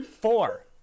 Four